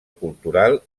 cultural